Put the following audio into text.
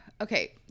okay